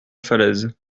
falaise